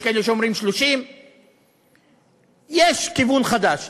יש כאלה שאומרים 30. יש כיוון חדש.